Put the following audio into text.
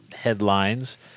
headlines